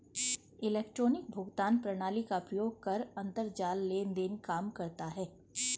electronic भुगतान प्रणाली का प्रयोग कर अंतरजाल लेन देन काम करता है